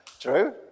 True